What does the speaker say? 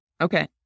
Okay